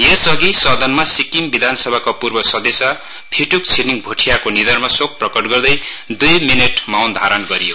यसअघि सदनमा सिक्किम विधानसभाका पूर्व सदस्य फिट्क छिरिङ भोटियाको निधनमा शोक प्रकट गर्दै दुई मिनेट मौनधारण गरियो